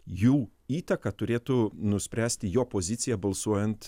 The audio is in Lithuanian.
jų įtaką turėtų nuspręsti jo pozicija balsuojant